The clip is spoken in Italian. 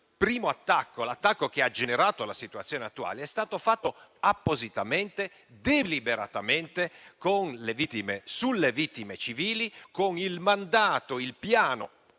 il primo attacco, quello che ha generato la situazione attuale, è stato indirizzato appositamente e deliberatamente sulle vittime civili, con il mandato - ahimè